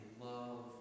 love